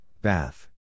bath